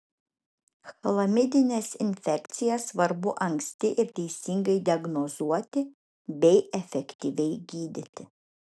chlamidines infekcijas svarbu anksti ir teisingai diagnozuoti bei efektyviai gydyti